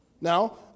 Now